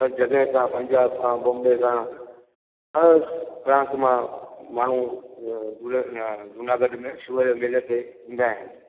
हर जॻह खां पंजाब खां बॉम्बे खां हर प्रांत मां माण्हू जूना जूनागढ़ में शिव जे मेले ते ईंदा आहिनि